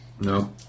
No